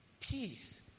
peace